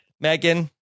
megan